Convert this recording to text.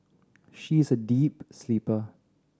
she is a deep sleeper